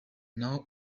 n’aho